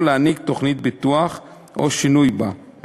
להעניק תוכנית ביטוח או שינוי בה,